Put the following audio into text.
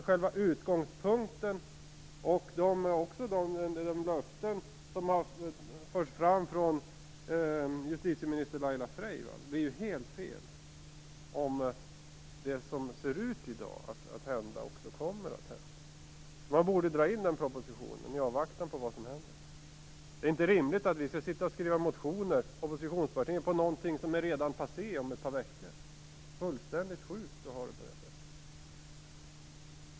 Själva utgångspunkten och även de löften som har förts fram av justitieminister Laila Freivalds blir ju helt fel om det som i dag ser ut att hända också kommer att hända. Man borde dra in propositionen i avvaktan på vad som händer. Det är inte rimligt att oppositionspartierna skall skriva motioner med anledning av någonting som är passé redan om ett par veckor. Det är fullständigt sjukt att ha det på det här sättet.